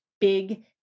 big